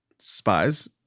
Spies